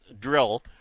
drill